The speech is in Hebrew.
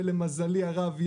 ולמזלי הרב,